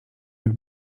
jak